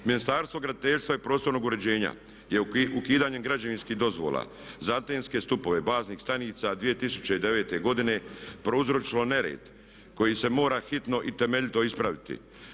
Ministarstvo graditeljstva i prostornog uređenja je ukidanjem građevinskih dozvola za antenske stupove baznih stanica 2009. godine prouzročilo nered koji se mora hitno i temeljito ispraviti.